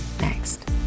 next